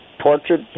tortured